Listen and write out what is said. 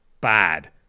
bad